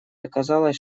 оказалось